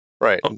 right